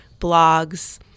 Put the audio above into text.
blogs